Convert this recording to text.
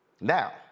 Now